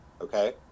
okay